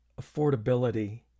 affordability